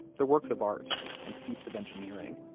they're works of art and feats of engineering.